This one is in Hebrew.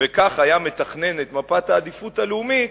וכך היה מתכנן את מפת העדיפות הלאומית,